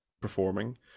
performing